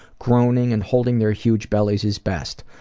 groaning and holding their huge bellies as best.